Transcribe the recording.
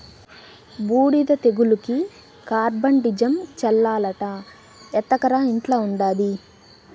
బూడిద తెగులుకి కార్బండిజమ్ చల్లాలట ఎత్తకరా ఇంట్ల ఉండాది